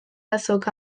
azoka